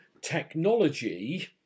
technology